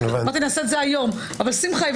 אבל שמחה,